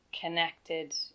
connected